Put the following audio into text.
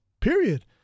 Period